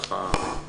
בוקר טוב.